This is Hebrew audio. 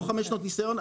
או חמש שנות ניסיון,